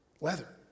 leather